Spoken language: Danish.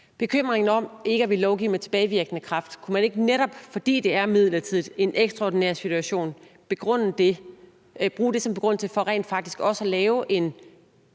bekymringen for ikke at ville lovgive med tilbagevirkende kraft: Kunne man ikke, netop fordi det er midlertidigt og en ekstraordinær situation, bruge det som begrundelse for rent